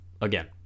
again